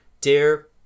dear